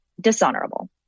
dishonorable